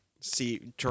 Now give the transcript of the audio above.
see